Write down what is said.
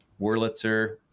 Wurlitzer